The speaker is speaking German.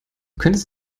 könntest